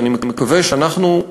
ואני מקווה שאנחנו,